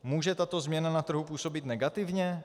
Může tato změna na trhu působit negativně?